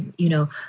you know,